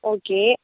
okay